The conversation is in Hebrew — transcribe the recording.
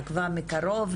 עקבה מקרוב,